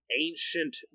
ancient